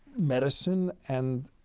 medicine and